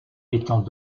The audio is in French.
étant